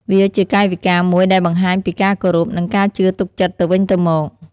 វាជាកាយវិការមួយដែលបង្ហាញពីការគោរព និងការជឿទុកចិត្តទៅវិញទៅមក។